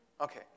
Okay